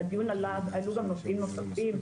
בדיון עלו גם נושאים נוספים,